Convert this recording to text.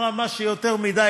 אמרה: מה שיותר מדי,